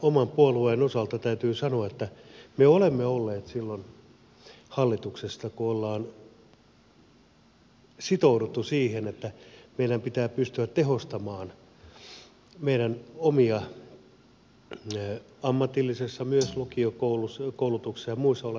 oman puolueen osalta täytyy sanoa että me olemme olleet hallituksessa silloin kun ollaan sitouduttu siihen että meidän pitää pystyä tehostamaan meidän omia ammatillisessa myös lukiokoulutuksessa ja muissa olevia rakenteita